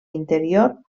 interior